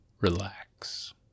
relax